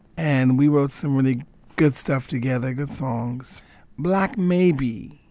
and we wrote some really good stuff together, good songs black maybe